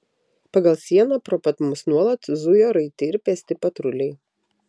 pagal sieną pro pat mus nuolat zujo raiti ir pėsti patruliai